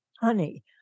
honey